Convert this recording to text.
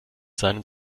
seinen